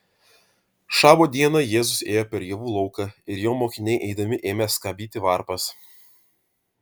šabo dieną jėzus ėjo per javų lauką ir jo mokiniai eidami ėmė skabyti varpas